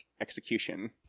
execution